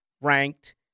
ranked